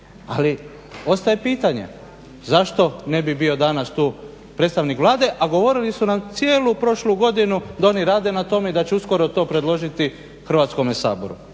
Ali, ostaje pitanje zašto ne bi bio danas tu predstavnik Vlade, a govorili su nam cijelu prošlu godinu da oni rade na tome i da će uskoro to predložiti Hrvatskome saboru?